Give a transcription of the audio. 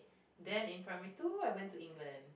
then in primary two I went to England